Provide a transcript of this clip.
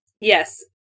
Yes